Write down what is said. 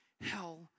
hell